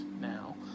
now